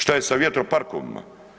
Šta je sa vjetroparkovima?